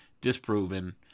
disproven